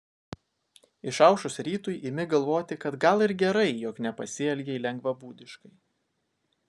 išaušus rytui imi galvoti kad gal ir gerai jog nepasielgei lengvabūdiškai